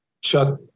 Chuck